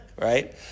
right